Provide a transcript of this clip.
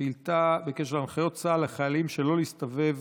שאילתה בקשר להנחיות צה"ל לחיילים שלא להסתובב